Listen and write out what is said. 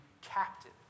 captive